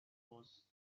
was